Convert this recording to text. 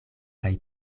kaj